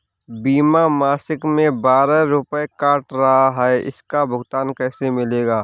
बीमा मासिक में बारह रुपय काट रहा है इसका भुगतान कैसे मिलेगा?